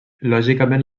lògicament